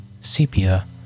sepia